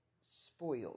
spoiled